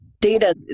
data